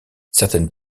certaines